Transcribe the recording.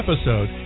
episode